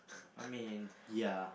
I mean ya